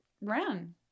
run